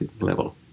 level